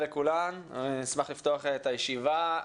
אני שמח לפתוח את ישיבת ועדת החינוך,